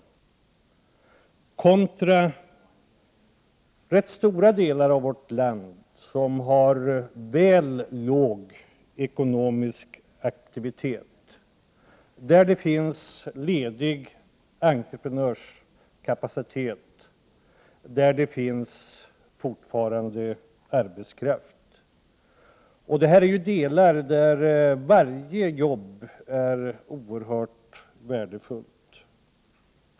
Detta skall ställas mot att ganska stora delar av vårt land har alltför låg ekonomisk aktivitet. I dessa delar finns fortfarande ledig entreprenörskapacitet och arbetskraft, och varje arbetstillfälle är oerhört värdefullt.